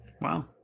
Wow